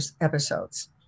episodes